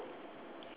surfboard